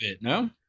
No